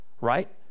right